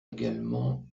également